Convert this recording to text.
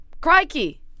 Crikey